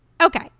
Okay